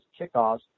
kickoffs